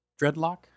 Dreadlock